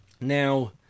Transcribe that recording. Now